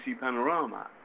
Panorama